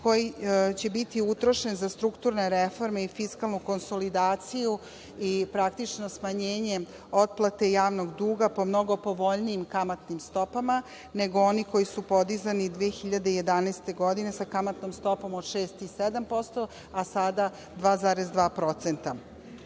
koji će biti utrošen za strukturne reforme i fiskalnu konsolidaciju i praktično smanjenje otplate javnog duga po mnogo povoljnijim kamatnim stopama nego oni koji su podizani 2011. godine, sa kamatnom stopom od 6 i 7%, a sada 2,2%.Ono